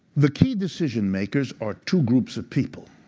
the key decision-makers are two groups of people.